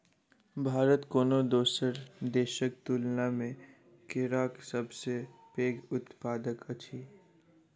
भारत कोनो दोसर देसक तुलना मे केराक सबसे पैघ उत्पादक अछि